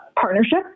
partnership